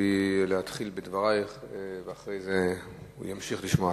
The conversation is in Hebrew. תוכלי להתחיל בדברייך, ואחרי זה הוא ימשיך לשמוע.